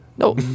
No